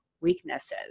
weaknesses